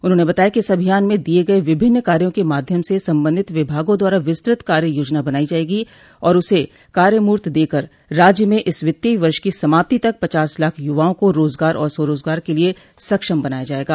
उन्होंने बताया कि इस अभियान में दिये गये विभिन्न कार्यो के माध्यम से संबंधित विभागों द्वारा विस्तृत कार्य याजना बनाई जायेगी और उसे कार्यमूर्त देकर राज्य में इस वित्तीय वर्ष की समाप्ति तक पचास लाख युवाओं को रोजगार और स्वरोजगार के लिये सक्षम बनाया जायेगा